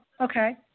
okay